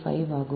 5 ஆகும்